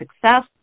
success